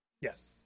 Yes